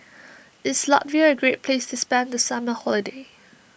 is Latvia a great place to spend the summer holiday